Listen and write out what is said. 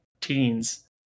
teens